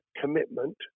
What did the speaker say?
commitment